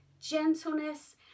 gentleness